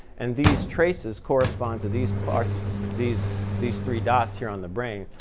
and these traces correspond to these parts these these three dots here on the brain.